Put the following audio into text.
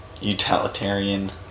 utilitarian